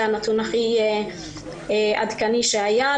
זה הנתון הכי עדכני שהיה.